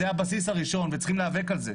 זה הבסיס הראשון וצריכים להיאבק בזה,